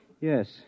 Yes